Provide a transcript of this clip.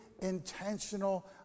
intentional